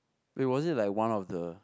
it was it like one of the